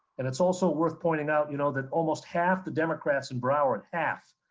and it's also worth pointing out you know that almost half the democrats in broward, half,